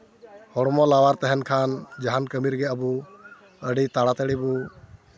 ᱦᱚᱲᱢᱚ ᱞᱟᱣᱟᱨ ᱛᱟᱦᱮᱱ ᱠᱷᱟᱱ ᱡᱟᱦᱟᱱ ᱠᱟᱹᱢᱤ ᱨᱮᱜᱮ ᱟᱵᱚ ᱟᱹᱰᱤ ᱛᱟᱲᱟᱛᱟᱹᱲᱤ ᱵᱚ